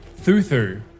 Thuthu